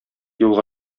юлга